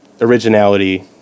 Originality